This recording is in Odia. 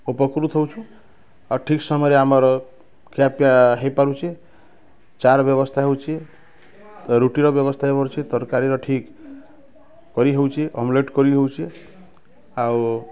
ଉପକୃତ ହେଉଛୁଁ ଆଉ ଠିକ୍ ସମୟ ରେ ଆମର୍ ଖିଆ ପିଆ ହେଇ ପାରୁଛେ ଚା' ର ଵେବ୍ସ୍ତା ହେଉଛେ ତ ରୁଟି ର ଵେବ୍ସ୍ତା କରି ହେଉଛେ ତରକାରୀ ର ଠିକ୍ କରି ହେଉଛେ ଅମ୍ଲେଟ୍ କରି ହେଉଛେ ଆଉ